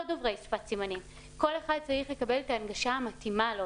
דוברי שפת סימנים וכל אחד צריך לקבל את ההנגשה המתאימה לו.